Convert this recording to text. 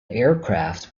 aircraft